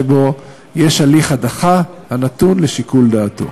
שבו יש הליך הדחה הנתון לשיקול דעתו.